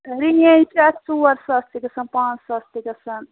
آ رینٛج چھِ اَتھ ژور ساس تہِ گَژھان پانٛژھ ساس تہِ گَژھان